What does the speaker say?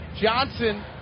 Johnson